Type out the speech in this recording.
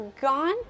gone